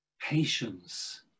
patience